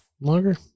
Longer